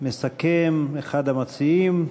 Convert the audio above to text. יסכם אחד המציעים,